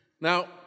Now